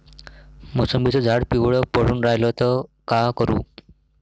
मोसंबीचं झाड पिवळं पडून रायलं त का करू?